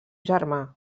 germà